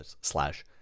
slash